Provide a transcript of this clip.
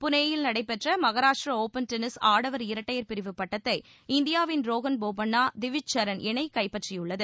புனே யில் நடைபெற்ற மஹாராஷ்ட்ர ஒப்பன் ஆடவர் இரட்டையர் பிரிவு பட்டத்தை இந்தியாவின் ரோஹன் போபண்ணா டிவேஜ் சரண் இணை கைப்பற்றியுள்ளது